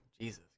Jesus